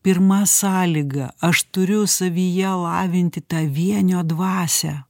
pirma sąlyga aš turiu savyje lavinti tą vienio dvasią